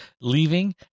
leaving